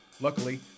Luckily